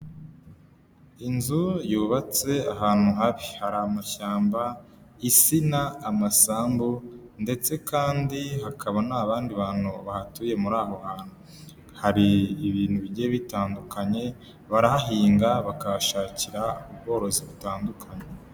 Inzu yubatse ahantu habi hari amashyamba insina hari amasambu ndetse kandi hakaba n'abandi bantu bahatuye muri aho hantu. Hari ibintu bigiye bitandukanye, barahahinga bakashakira ubworozi butandukanye.